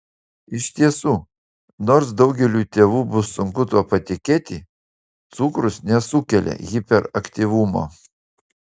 iš tiesų nors daugeliui tėvų bus sunku tuo patikėti cukrus nesukelia hiperaktyvumo